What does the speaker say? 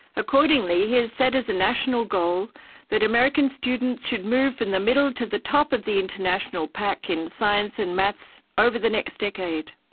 accordingly, he has set as a national goal that american students should move from the middle to the top of the international pack in science and maths over the next decade.